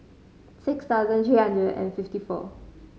six thousand three hundred and fifty four